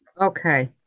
Okay